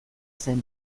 zen